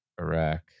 Iraq